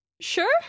sure